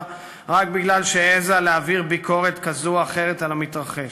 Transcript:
רק משום שהעזה להעביר ביקורת כזאת או אחרת על המתרחש?